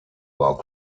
while